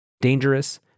dangerous